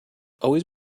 always